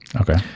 okay